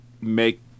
make